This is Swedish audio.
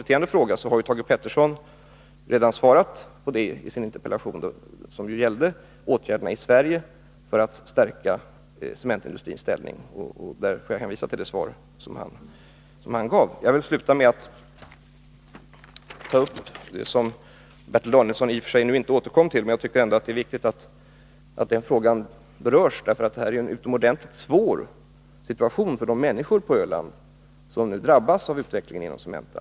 Jag vill då hänvisa till det som Thage Peterson sade i sitt svar på den interpellation som gällde just åtgärderna för att stärka den svenska cementindustrins ställning. Jag vill sluta med att ta upp en fråga som Bertil Danielsson i och för sig inte återkom till men som jag tycker är viktig att beröra, och den gäller den utomordentligt svåra situationen för de människor på Öland som nu drabbas av utvecklingen på Cementa.